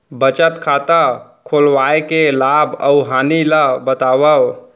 बचत खाता खोलवाय के लाभ अऊ हानि ला बतावव?